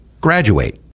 graduate